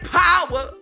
power